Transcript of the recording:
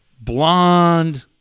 blonde